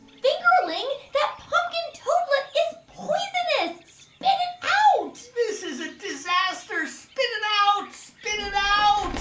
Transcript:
fingerling, that pumpkin toadlet is poisonous. spit it out this is a disaster. spit it out. spit it out